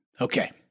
Okay